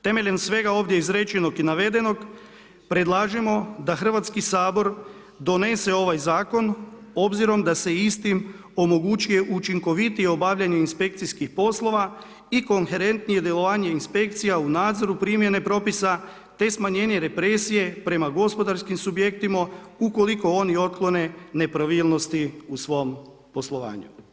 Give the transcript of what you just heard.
Temeljem svega ovdje izrečenog i navedenog, predlažemo da Hrvatski sabor donese ovaj zakon obzirom da se istim omogućuje učinkovitije obavljanje inspekcijskih poslova i koherentnije djelovanje inspekcija u nadzoru primjene propisa te smanjenje represije prema gospodarskim subjektima ukoliko oni otklone nepravilnosti u svom poslovanju.